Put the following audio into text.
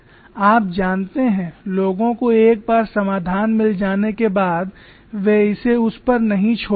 आप जानते हैं लोगों को एक बार समाधान मिल जाने के बाद वे इसे उस पर नहीं छोड़ते हैं